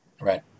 Right